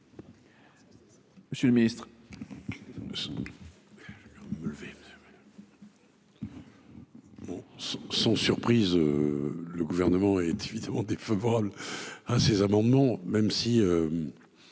Monsieur le ministre